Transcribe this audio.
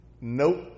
Nope